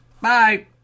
Bye